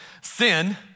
Sin